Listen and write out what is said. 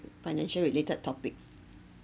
financial related topic